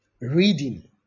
Reading